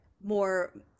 more